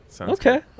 Okay